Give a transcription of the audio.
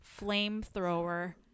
flamethrower